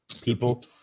people